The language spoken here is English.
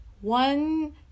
one